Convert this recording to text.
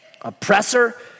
Oppressor